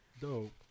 Dope